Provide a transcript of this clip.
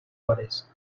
hores